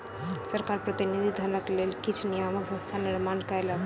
सरकार प्रतिनिधि धनक लेल किछ नियामक संस्थाक निर्माण कयलक